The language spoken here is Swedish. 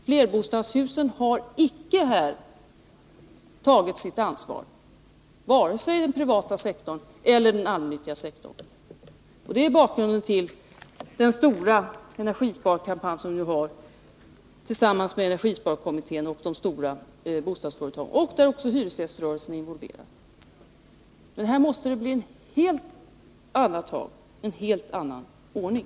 Flerbostadshusen har här icke — vare sig inom den privata eller inom den allmänna sektorn — tagit sitt ansvar. Det är bakgrunden till den stora energisparkampanj som nu drivs tillsammans med energisparkommittén och de stora bostadsföretagen och som även hyresgäst rörelsen är involverad i. Här måste det bli helt andra tag, en helt annan Nr 30 ordning.